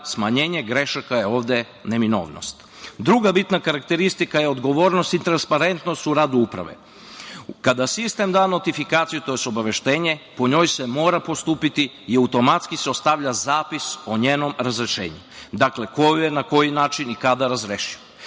smanjenje grešaka je ovde neminovnost. Druga bitna karakteristika je odgovornosti i transparentnost u radu uprave. Kada sistem da notifikaciju, tj. obaveštenje, po njoj se mora postupiti i automatski se dostavlja zapis o njenom razrešenju, dakle, ko je, na koji način i kada razrešio. Svako